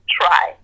try